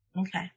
Okay